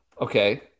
Okay